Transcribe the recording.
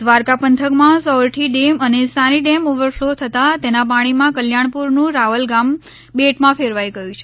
દ્વારકા પંથકમાં સોરઠી ડેમ અને Sani dam over flow થતાં તેના પાણીમાં કલ્યાણપુરનું રાવલ ગામ બેટમાં ફેરવાઇ ગયું છે